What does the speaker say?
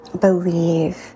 Believe